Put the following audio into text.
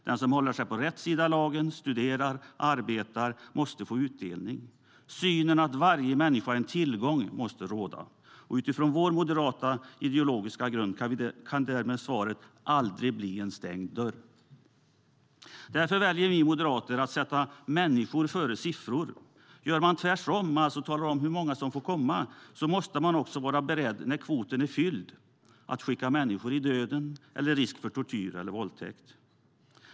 Den som håller sig på rätt sida av lagen, studerar och arbetar måste få utdelning. Synen att varje människa är en tillgång måste råda. Utifrån vår moderata ideologiska grund kan därmed svaret aldrig bli en stängd dörr. Därför väljer vi moderater att sätta människor före siffror. Gör man tvärtom och talar om hur många som får komma måste man också när kvoten är fylld vara beredd att skicka människor i döden eller tillbaka med risk för tortyr och våldtäkt.